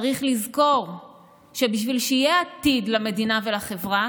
צריך לזכור שבשביל שיהיה עתיד למדינה ולחברה